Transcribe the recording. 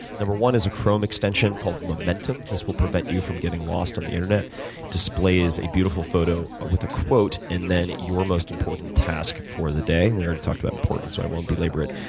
number one is a chrome extension called momentum. this will prevent you from getting lost on the internet. it displays a beautiful photo with a quote, and then your most important task for the day. and we already talked about important, so i won't belabor it,